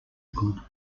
good